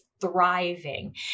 thriving